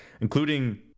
including